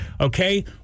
okay